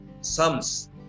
sums